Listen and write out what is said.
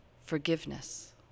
forgiveness